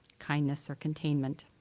kindness or containment.